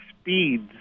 speeds